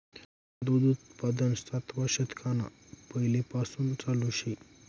दूध उत्पादन सातवा शतकना पैलेपासून चालू शे